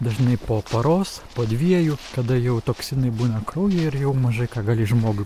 dažnai po paros po dviejų kada jau toksinai būna kraujyje ir jau mažai ką gali žmogui